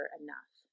enough